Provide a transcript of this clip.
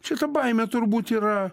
čia ta baimė turbūt yra